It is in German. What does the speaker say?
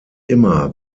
immer